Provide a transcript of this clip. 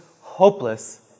hopeless